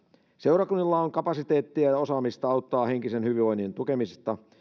seurakunnilla on kapasiteettia ja osaamista auttaa henkisen hyvinvoinnin tukemista